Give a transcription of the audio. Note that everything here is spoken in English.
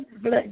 blood